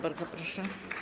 Bardzo proszę.